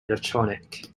electronic